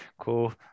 Cool